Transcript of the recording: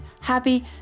happy